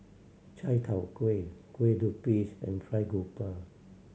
Chai Tow Kuay Kueh Lapis and Fried Garoupa